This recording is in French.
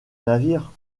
navire